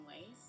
ways